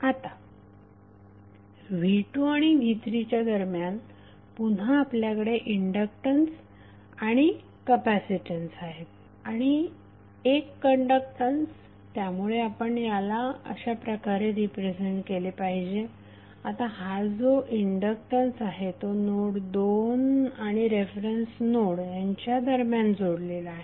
आता v2 आणि v3 च्या दरम्यान पुन्हा आपल्याकडे इंडक्टन्स आणि कपॅसीटन्स आहेत आणि एक कंडक्टन्स त्यामुळे आपण याला अशाप्रकारे रीप्रेझेंट केले आहे आता हा जो इंडक्टन्स आहे तो नोड 2 आणि रेफरन्स नोड यांच्या दरम्यान जोडलेला आहे